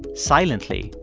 silently,